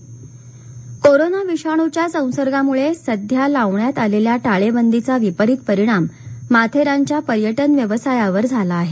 माथेरान पर्यटन कोरोना विषाणुच्या संसर्गामुळे सध्या लावण्यात आलेल्या टाळेबंदीचा विपरीत परिणाम माथेरानच्या पर्यटन व्यवसायावर झाला आहे